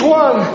one